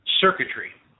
circuitry